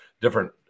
different